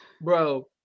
Bro